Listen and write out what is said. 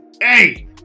Hey